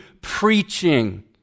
preaching